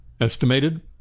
estimated